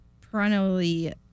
perennially